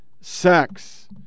sex